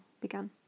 began